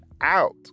out